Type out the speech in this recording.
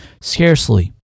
scarcely